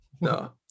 No